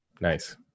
Nice